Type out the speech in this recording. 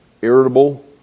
irritable